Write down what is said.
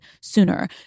sooner